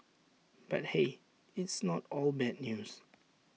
but hey it's not all bad news